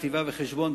כתיבה וחשבון,